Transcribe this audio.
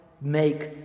make